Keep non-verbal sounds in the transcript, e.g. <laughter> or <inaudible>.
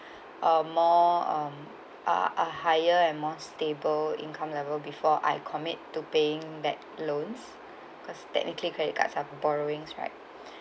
<breath> um more um a a higher and more stable income level before I commit to paying back loans <breath> because technically credit cards are borrowings right <breath>